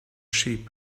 sheep